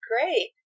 Great